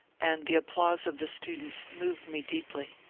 and the applause of the students moved me deeply.